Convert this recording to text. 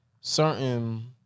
certain